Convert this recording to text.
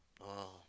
uh